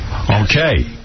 Okay